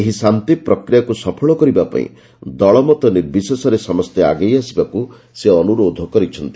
ଏହି ଶାନ୍ତି ପ୍ରକ୍ରିୟାକୁ ସଫଳ କରିବା ପାଇଁ ଦଳମତ ନିର୍ବିଶେଷରେ ସମସ୍ତେ ଆଗେଇ ଆସିବାକୁ ସେ ଅନୁରୋଧ କରିଛନ୍ତି